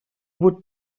would